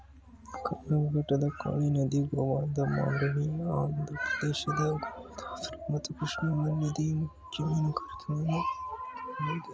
ಕರ್ನಾಟಕದ ಕಾಳಿ ನದಿ, ಗೋವಾದ ಮಾಂಡೋವಿ, ಆಂಧ್ರಪ್ರದೇಶದ ಗೋದಾವರಿ ಮತ್ತು ಕೃಷ್ಣಗಳಲ್ಲಿ ನದಿಮುಖ ಮೀನುಗಾರಿಕೆಯನ್ನು ನೋಡ್ಬೋದು